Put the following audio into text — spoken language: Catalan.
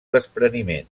despreniment